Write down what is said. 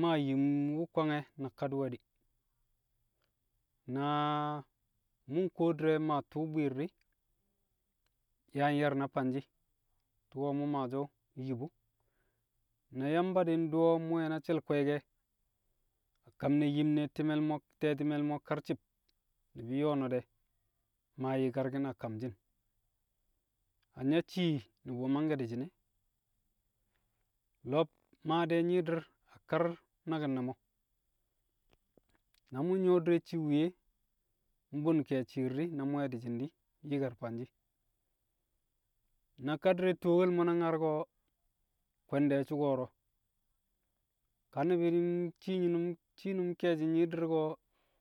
ma yim wu̱ Kwange̱ na kadi̱we̱di̱, na- mu̱ nkuwo di̱rẹ ma tṵṵ bwi̱i̱r di̱, yaa nye̱r na fanshi̱, tu̱ko̱ mu̱ maashi̱ o̱, nyi bu. Na Yamba di̱ ndu̱wo̱ mu̱ nwẹ na she̱l kwe̱e̱ke̱ a kam ne̱ yim ne̱ ti̱me̱l mo̱, te̱tɪme̱l mo̱ karci̱b, ni̱bi̱ nyo̱o̱ no̱ dẹ, ma yi̱karki̱n a kamshi̱n, anya shii nu̱bu̱ mangke̱ di̱shi̱n e̱. Lo̱b maa dẹ nyi̱i̱di̱r a kar naki̱n ne̱ mo̱. Na mu̱ nyo̱o̱ di̱re̱ cii wuye nbu̱n ke̱e̱shi̱ shi̱i̱r di̱, na mu̱ we̱ di̱shi̱n di, yi̱kar fanshi̱. Na ka di̱rẹ tuwokel mo̱ na nyar ko̱, kwe̱n de̱ su̱u̱ ko̱ro̱, ka ni̱bi̱ cii nu̱m- cii nu̱m ke̱e̱shi̱ nyi̱i̱di̱r ko̱.